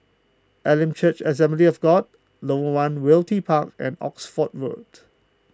Elim Church Assembly of God Lorong one Realty Park and Oxford Road